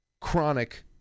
chronic